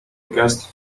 guest